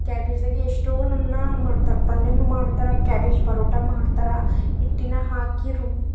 ಕ್ಯಾಬೇಜ್ದಾಗಿ ಎಷ್ಟೋ ನಮೂನ ಮಾಡ್ತಾರೆ ಪಲ್ಯಾನು ಮಾಡ್ತಾರೆ ಕ್ಯಾಬೇಜ್ ಪರೋಟಾ ಮಾಡ್ತಾರೆ ಹಿಟ್ಟಿನ ಹಾಕಿ ರುಬ್ಬಿ